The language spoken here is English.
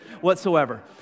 whatsoever